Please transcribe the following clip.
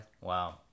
Wow